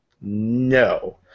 No